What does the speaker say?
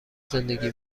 زندگی